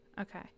Okay